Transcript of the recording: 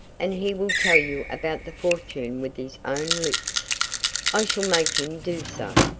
and he will tell you about the fortune with his own lips i shall make him do so.